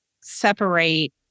separate